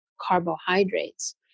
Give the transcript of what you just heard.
carbohydrates